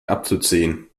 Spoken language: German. abzuziehen